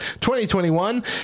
2021